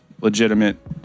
legitimate